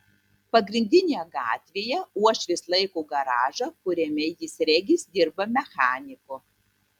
pagrindinėje gatvėje uošvis laiko garažą kuriame jis regis dirba mechaniku